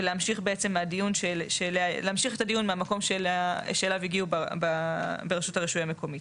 ולהמשיך את הדיון מהמקום של שאליו הגיעו ברשות הרישוי המקומית,